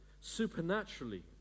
supernaturally